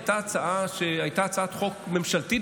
הייתה הצעת חוק ממשלתית